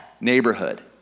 Neighborhood